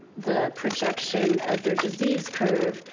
the projection of their disease curve,